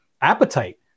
appetite